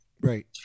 Right